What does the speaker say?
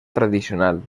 tradicional